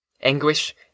Anguish